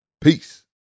Peace